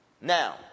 Now